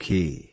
Key